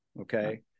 Okay